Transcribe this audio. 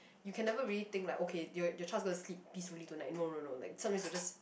you can never really think like okay your child's gonna sleep peacefully tonight no no no like sometimes will just